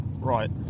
Right